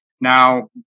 now